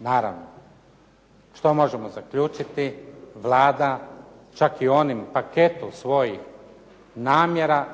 Naravno, što možemo zaključiti? Vlada čak i onim paketom svojih namjera